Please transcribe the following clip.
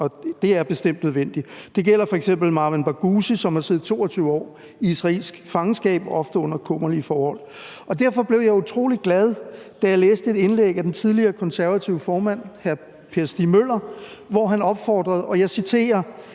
et er bestemt nødvendigt. Det gælder f.eks. Marwan Barghouti, som har siddet 22 år i israelsk fangenskab, ofte under kummerlige forhold. Derfor blev jeg utrolig glad, da jeg læste et indlæg af den tidligere konservative formand hr. Per Stig Møller, hvor han opfordrede, og jeg citerer,